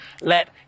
let